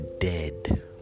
dead